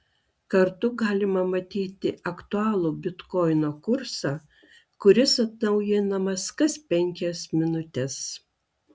kartu galima matyti aktualų bitkoino kursą kuris atnaujinamas kas penkias minutes